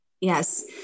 Yes